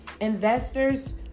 investors